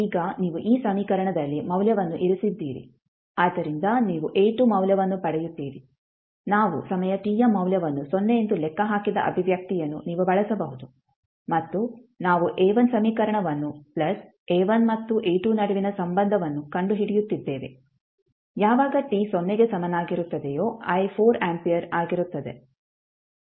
ಈಗ ನೀವು ಈ ಸಮೀಕರಣದಲ್ಲಿ ಮೌಲ್ಯವನ್ನು ಇರಿಸಿದ್ದೀರಿ ಆದ್ದರಿಂದ ನೀವು A2 ಮೌಲ್ಯವನ್ನು ಪಡೆಯುತ್ತೀರಿ ನಾವು ಸಮಯ t ಯ ಮೌಲ್ಯವನ್ನು ಸೊನ್ನೆ ಎಂದು ಲೆಕ್ಕ ಹಾಕಿದ ಅಭಿವ್ಯಕ್ತಿಯನ್ನು ನೀವು ಬಳಸಬಹುದು ಮತ್ತು ನಾವು A1 ಸಮೀಕರಣವನ್ನು ಪ್ಲಸ್ A1 ಮತ್ತು A2 ನಡುವಿನ ಸಂಬಂಧವನ್ನು ಕಂಡುಹಿಡಿಯುತ್ತಿದ್ದೇವೆ ಯಾವಾಗ t ಸೊನ್ನೆಗೆ ಸಮನಾಗಿರುತ್ತದೆಯೋ i 4 ಆಂಪಿಯರ್ ಆಗಿರುತ್ತದೆ